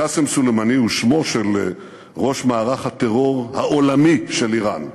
קאסם סולימאני הוא שמו של ראש מערך הטרור העולמי של איראן.